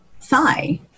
thigh